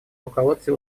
руководстве